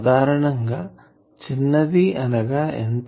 సాధారణం గా చిన్నది అనగా ఎంత